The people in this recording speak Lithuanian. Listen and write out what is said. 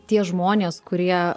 tie žmonės kurie